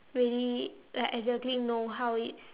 really like exactly know how it